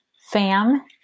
fam